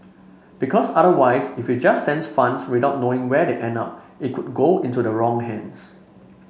because otherwise if you just send funds without knowing where they end up it could go into the wrong hands